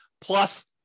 Plus